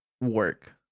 work